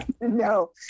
no